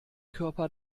körper